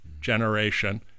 generation